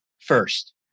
first